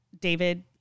David